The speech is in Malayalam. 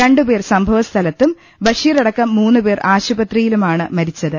രണ്ടുപേർ സംഭവസ്ഥലത്തും ബഷീറടക്കം മൂന്നു പേർ ആശുപത്രിയിലുമാണ് മരിച്ചത്